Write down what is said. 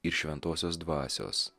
ir šventosios dvasios